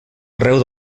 arreu